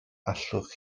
allwch